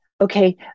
Okay